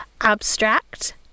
Abstract